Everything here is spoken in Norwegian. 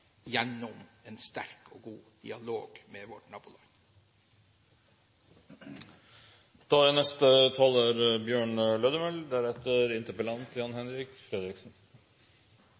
gjennom en sterk og god dialog med vårt naboland.